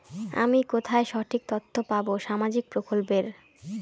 আমি কোথায় সঠিক তথ্য পাবো সামাজিক প্রকল্পের?